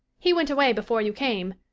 he went away before you came.